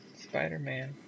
Spider-Man